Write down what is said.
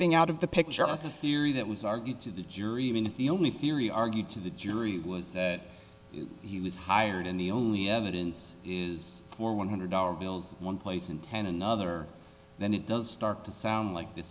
being out of the picture here that was argued to the jury even if the only theory argued to the jury was that he was hired and the only evidence is for one hundred dollars bills one place and then another then it does start to sound like this